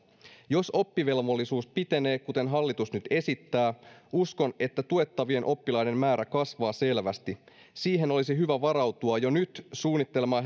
jos oppivelvollisuus pitenee kuten hallitus nyt esittää uskon että tuettavien oppilaiden määrä kasvaa selvästi siihen olisi hyvä varautua jo nyt suunnittelemalla